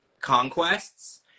conquests